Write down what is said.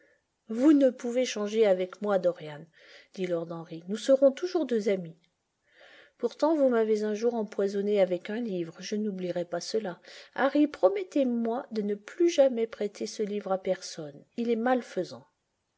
vous ne pouvez changer avec moi dorian dit lord henry nous serons toujours deux amis pourtant vous m'avez un jour empoisonné avec un livre je n'oublierai pas cela ilarry promettez moi de ne plus jamais prêter ce livre à personne il est malfaisant